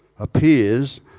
appears